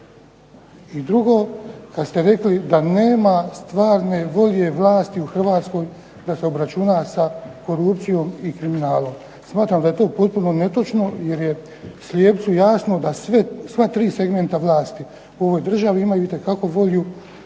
I drugo, kad ste rekli da nema stvarne volje vlasti u Hrvatskoj da se obračuna sa korupcijom i kriminalom. Smatram da je to potpuno netočno jer je slijepcu jasno da sva 3 segmenta vlasti u ovoj državi imaju itekako volju da